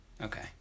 Okay